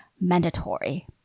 mandatory